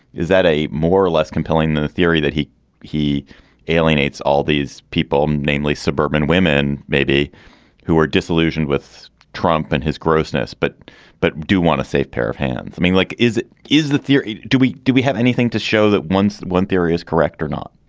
is that a more or less compelling than the theory that he he alienates all these people, namely suburban women maybe who are disillusioned with trump and his grossness. but but do want a safe pair of hands. i mean, like is is the theory. do we. do we have anything to show that once one theory is correct or not?